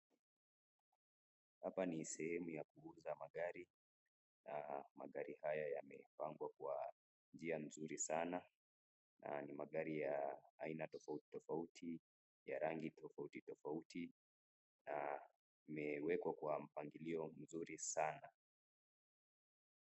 Hapa ni sehemu ya kuuza magari. Magari haya yamepambwa kwa njia mzuri sana. Ni magari ya aina tofauti tofauti ya rangi tofauti tofauti. Yameekwa kwa mipangilio mzuri sana.